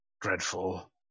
Dreadful